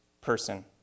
person